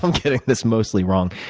um getting this mostly wrong.